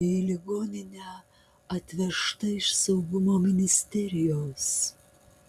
į ligoninę atvežta iš saugumo ministerijos